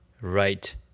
right